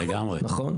נכון.